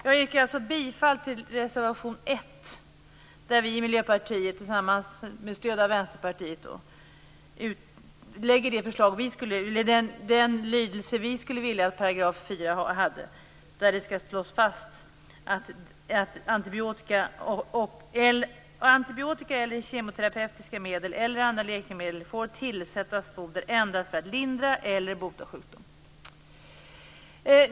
Jag yrkar alltså bifall till reservation 1, där vi tillsammans med Vänsterparitet föreslår en annan lydelse av 4 §. Det bör där slås fast att antibiotika eller kemoterapeutiska medel eller andra läkemedel får tillsättas foder endast för att lindra eller bota sjukdomar.